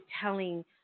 telling